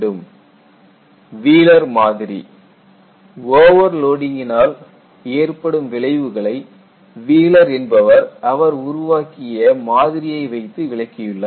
Wheeler model Wheeler மாதிரி ஓவர்லோடிங்கினால் ஏற்படும் விளைவுகளை வீலர் என்பவர் அவர் உருவாக்கிய மாதிரியை வைத்து விளக்கியுள்ளார்